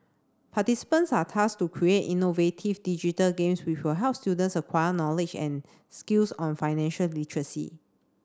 participants are tasked to create innovative digital games will help students acquire knowledge and skills on financial literacy